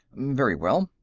very well,